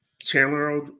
Chandler